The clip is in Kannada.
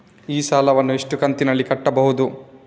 ಈ ಸಾಲವನ್ನು ಎಷ್ಟು ಕಂತಿನಲ್ಲಿ ಕಟ್ಟಬಹುದು?